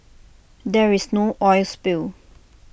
there is no oil spill